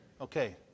Okay